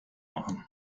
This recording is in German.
machen